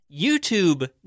YouTube